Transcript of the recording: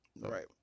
Right